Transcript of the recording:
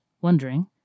wondering